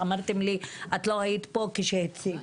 אמרתם לי שלא הייתי פה כשהציגו,